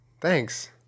thanks